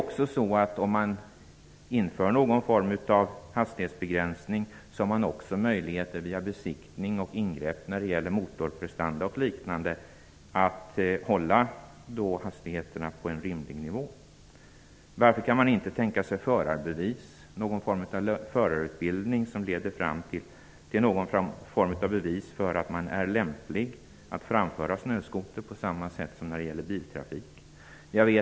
Om man inför någon form av hastighetsbegränsning har man också möjlighet att via besiktning och ingrepp när det gäller motorprestanda o.d. hålla hastigheterna på en rimlig nivå. Varför går det inte att på samma sätt som när det gäller biltrafik ha en förarutbildning som leder fram till någon form av bevis för att man är lämpad att framföra snöskoter?